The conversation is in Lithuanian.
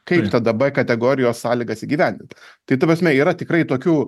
kaip tada b kategorijos sąlygas įgyvendint tai ta prasme yra tikrai tokių